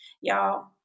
Y'all